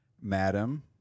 Madam